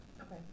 Okay